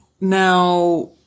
Now